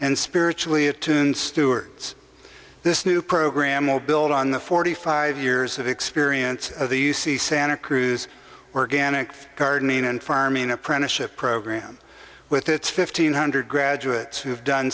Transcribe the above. and spiritually attuned stewards this new program will build on the forty five years of experience of the u c santa cruz organic gardening and farming apprenticeship program with its fifteen hundred graduates who have done